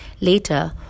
Later